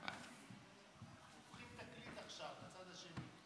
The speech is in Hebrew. עכשיו הופכים תקליט לצד השני.